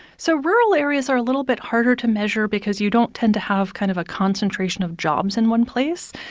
so rural areas are a little bit harder to measure because you don't tend to have kind of a concentration of jobs in one place.